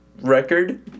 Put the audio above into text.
record